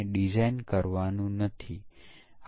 અને તેઓ પરીક્ષણ યોજના અને વ્યૂહરચના પણ વિકસાવે છે